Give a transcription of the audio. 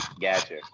gotcha